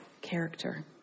character